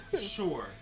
Sure